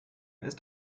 ist